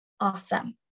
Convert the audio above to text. awesome